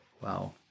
Wow